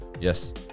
Yes